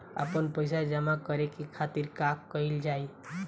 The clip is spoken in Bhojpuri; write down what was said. आपन पइसा जमा करे के खातिर का कइल जाइ?